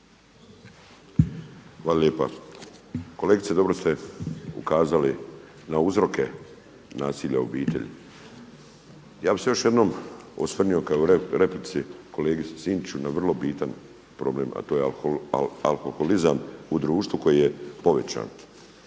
Hvala lijepa. Kolegice dobro ste ukazali na uzroke nasilja u obitelji. Ja bih se još jednom osvrnuo u replici kolegi Sinčiću na vrlo bitan problem, a to je alkoholizam u društvu koji je povećan.